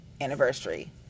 anniversary